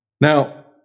Now